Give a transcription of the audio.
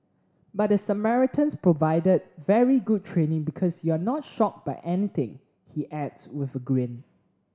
but the Samaritans provided very good training because you're not shocked by anything he adds with a grin